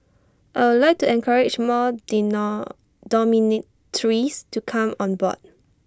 I would like to encourage more did not dormitories to come on board